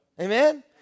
Amen